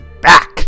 back